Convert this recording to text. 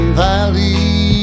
valley